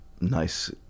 nice